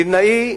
וילנאי,